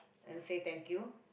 then say thank you